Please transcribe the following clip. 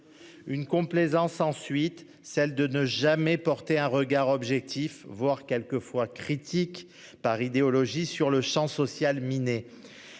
une complaisance ensuite celle de ne jamais porter un regard objectif voire quelquefois critique par idéologie sur le Champ social miné.